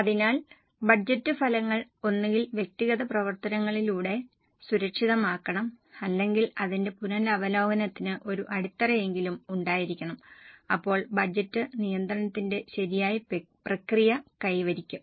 അതിനാൽ ബജറ്റ് ഫലങ്ങൾ ഒന്നുകിൽ വ്യക്തിഗത പ്രവർത്തനത്തിലൂടെ സുരക്ഷിതമാക്കണം അല്ലെങ്കിൽ അതിന്റെ പുനരവലോകനത്തിന് ഒരു അടിത്തറയെങ്കിലും ഉണ്ടായിരിക്കണം അപ്പോൾ ബജറ്റ് നിയന്ത്രണത്തിന്റെ ശരിയായ പ്രക്രിയ കൈവരിക്കും